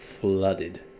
flooded